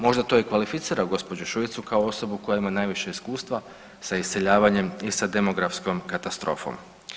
Možda to i kvalificira gđu. Šuicu kao osobu koja ima najviše iskustva sa iseljavanjem i sa demografskom katastrofom.